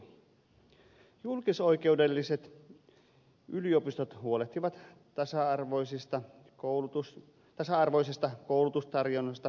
julkisoikeudelliset yliopistot huolehtivat tasa arvoisesta koulutustarjonnasta koko maassa